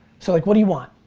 so like what do you want?